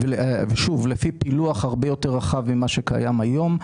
לפי פילוח הרבה יותר רחב מכפי שקיים היום.